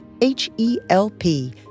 H-E-L-P